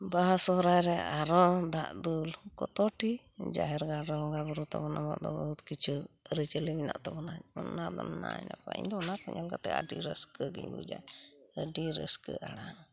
ᱵᱟᱦᱟ ᱥᱚᱦᱚᱨᱟᱭ ᱨᱮ ᱟᱨᱚ ᱫᱟᱜ ᱫᱩᱞ ᱠᱚᱛᱚᱴᱤ ᱡᱟᱦᱮᱨ ᱜᱟᱲᱨᱮ ᱵᱚᱝᱜᱟ ᱵᱩᱨᱩ ᱛᱟᱵᱚᱱ ᱟᱵᱚᱫᱚ ᱵᱚᱦᱩᱛ ᱠᱤᱪᱷᱩ ᱟᱹᱨᱤᱪᱟᱹᱞᱤ ᱢᱮᱱᱟᱜ ᱛᱟᱵᱚᱱᱟ ᱚᱱᱟᱫᱚ ᱱᱟᱭ ᱱᱟᱯᱟᱭ ᱤᱧᱫᱚ ᱚᱱᱟ ᱠᱚ ᱧᱮᱞ ᱠᱟᱛᱮᱫ ᱤᱧᱫᱚ ᱟᱹᱰᱤ ᱨᱟᱹᱥᱠᱟᱹᱜᱤᱧ ᱵᱩᱡᱟ ᱟᱹᱰᱤ ᱨᱟᱹᱥᱠᱟᱹ ᱟᱲᱟᱝ